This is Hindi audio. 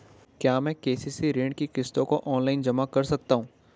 क्या मैं के.सी.सी ऋण की किश्तों को ऑनलाइन जमा कर सकता हूँ?